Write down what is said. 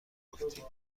گفتی